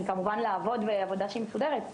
כמובן לעבוד בעבודה שהיא מסודרת,